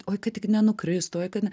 oi kad tik nenukristų oi kad ne